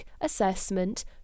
assessment